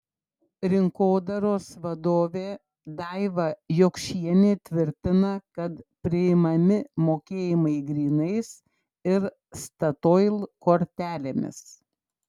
rinkodaros vadovė daiva jokšienė tvirtina kad priimami mokėjimai grynais ir statoil kortelėmis